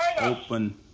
open